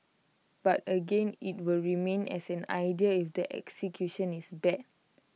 but again IT will remain as an idea if the execution is bad